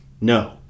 No